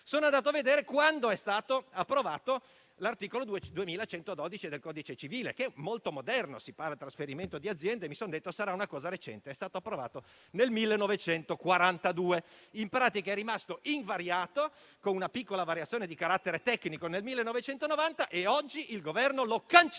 sono andato a vedere quando è stato approvato l'articolo 2112 del codice civile, che è molto moderno: si parla di trasferimento di azienda, per cui ero convinto che fosse recente. È stato approvato nel 1942: in pratica è rimasto invariato, salvo una piccola modifica di carattere tecnico nel 1990. Oggi il Governo lo cancella,